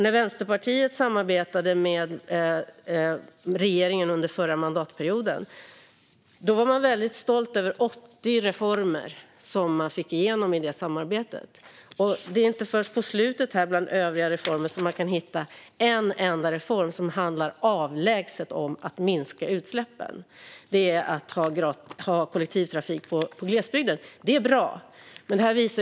När Vänsterpartiet under den förra mandatperioden samarbetade med regeringen var man väldigt stolt över 80 reformer som man fick igenom. Det är inte förrän mot slutet av er skriftliga sammanfattning av detta som man under "Övrigt" kan hitta en enda reform som avlägset handlar om att minska utsläppen. Det gäller kollektivtrafik i glesbygden, vilket i och för sig är bra.